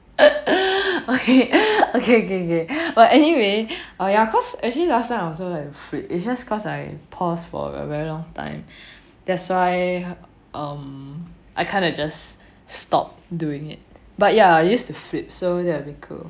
okay okay okay okay but anyway err ya cause actually last time I also like to flip it's just cause I pause for a very long time that's why um I kind of just stop doing it but ya I used to flip so that would be cool